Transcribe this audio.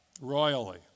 royally